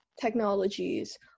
technologies